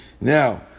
now